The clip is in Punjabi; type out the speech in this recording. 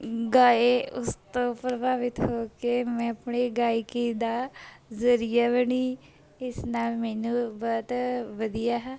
ਗਾਏ ਉਸ ਤੋਂ ਪ੍ਰਭਾਵਿਤ ਹੋ ਕੇ ਮੈਂ ਆਪਣੀ ਗਾਇਕੀ ਦਾ ਜ਼ਰੀਆ ਬਣੀ ਇਸ ਨਾਲ ਮੈਨੂੰ ਵੀ ਬਹੁਤ ਵਧੀਆ